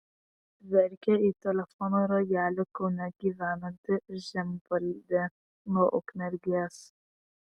verkė į telefono ragelį kaune gyvenanti žemvaldė nuo ukmergės